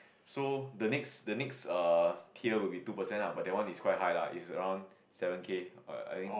so the next the next err tier will be two percent lah but that one is quite high lah it's around seven K err I think